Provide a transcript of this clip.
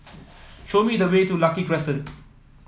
show me the way to Lucky Crescent